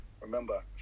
Remember